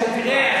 תראה,